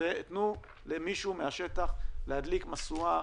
מישהו מהשטח, תנו לו להדליק משואה,